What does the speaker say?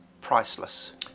priceless